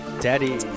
Daddy